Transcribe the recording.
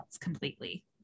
completely